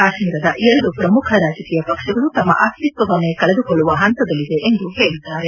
ಕಾಶ್ಮೀರದ ಎರಡು ಪ್ರಮುಖ ರಾಜಕೀಯ ಪಕ್ಷಗಳು ತಮ್ಮ ಅಸ್ತಿತ್ವವನ್ನೇ ಕಳೆದುಕೊಳ್ಳುವ ಪಂತದಲ್ಲಿವೆ ಎಂದು ಹೇಳಿದ್ದಾರೆ